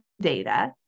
data